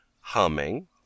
humming